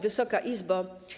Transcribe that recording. Wysoka Izbo!